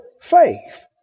faith